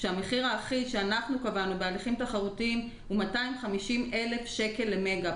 כאשר המחיר האחיד שאנחנו קבענו בהליכים תחרותיים הוא 250,000 שקל למגה.